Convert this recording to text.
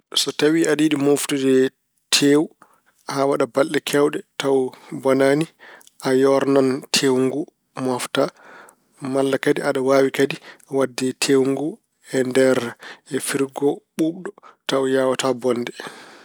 So tawi aɗa yiɗi mooftude teewu haa waɗa balle keewɗe tawa bonaani, a yoornan teewu ngu, moofta. Malla kadi aɗa waawi kadi waɗde teewu ngu e nder firgo ɓuuɓdɗo tawa yawataa bonde.